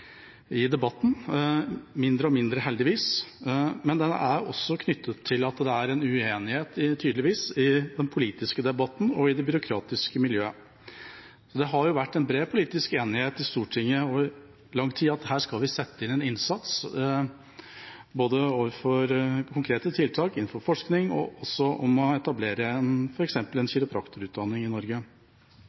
debatten – mindre og mindre heldigvis – men det er også knyttet til at det tydeligvis er en uenighet i den politiske debatten og i det byråkratiske miljøet. Det har vært bred politisk enighet i Stortinget over lang tid om at her skal vi sette inn en innsats både med hensyn til konkrete tiltak innenfor forskning og for å etablere f.eks. en kiropraktorutdanning i Norge.